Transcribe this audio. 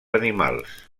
animals